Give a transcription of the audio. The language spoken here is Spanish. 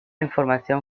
información